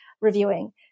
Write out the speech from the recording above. reviewing